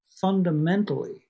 fundamentally